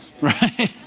Right